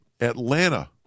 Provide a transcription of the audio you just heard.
Atlanta